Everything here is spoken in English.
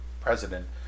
president